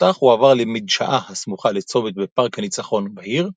התותח הועבר למדשאה הסמוכה לצומת ב"פארק הניצחון" בעיר,